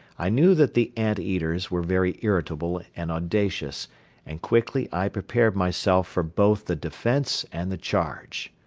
i knew that the ant-eaters were very irritable and audacious and quickly i prepared myself for both the defence and the charge.